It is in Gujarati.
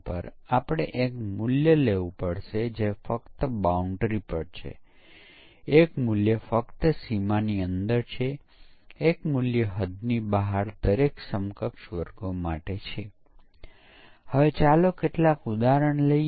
પરંતુ તે પછી એક સવાલ એ છે કે ભૂલો કે જે સીડ થયેલ છે તે વાસ્તવિક ભૂલો સાથે મેળ ખાવી જોઈએ કારણ કે જો આપણે ફક્ત ખૂબ જ નાની અને સરળ ભૂલોને સરળતાથી શોધી શકીએ છીએ તો તે આખરે કેટલા ભૂલો બાકી છે તેને અનુરૂપ ન હોઈ શકે